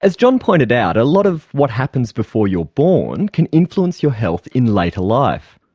as john pointed out, a lot of what happens before you're born can influence your health in later life.